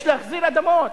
יש להחזיר אדמות